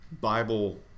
Bible